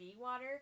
water